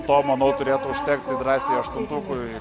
to manau turėtų užtekti drąsiai aštuntukui